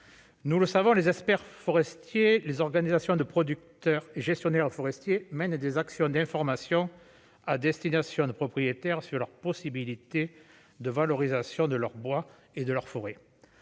Nous le savons, les experts forestiers, les organisations de producteurs gestionnaires forestiers mène des actions d'information à destination de propriétaires sur leurs possibilités de valorisation de leur bois et de leurs forêts,